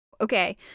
Okay